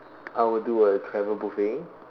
I would do a travel buffeting